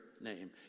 name